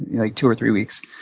like, two or three weeks.